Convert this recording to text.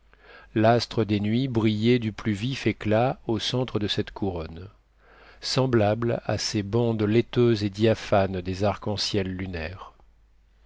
l'astre des nuits brillait du plus vif éclat au centre de cette couronne semblable à ces bandes laiteuses et diaphanes des arcs-en-ciel lunaires